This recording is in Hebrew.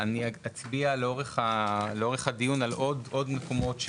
אני אצביע לאורך הדיון על עוד מקומות,